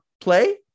play